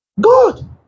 God